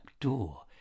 door